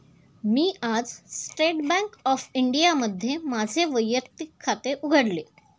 मी आज State Bank of इंडियामध्ये माझे वैयक्तिक खाते उघडले